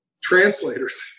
translators